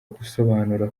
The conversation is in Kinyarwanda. gusobanura